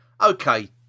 Okay